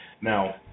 Now